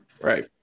Right